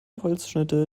holzschnitte